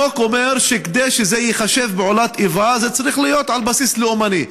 החוק אומר שכדי שזה ייחשב פעולת איבה זה צריך להיות על בסיס לאומני.